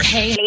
Hey